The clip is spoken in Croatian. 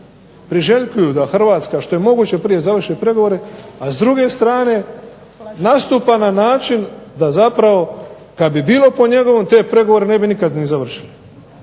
priželjkuju da Hrvatska što je moguće prije završi pregovore, a s druge strane nastupa na način da zapravo kada bi bilo po njegovom pregovori ne bi nikada završili.